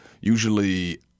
usually